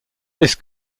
this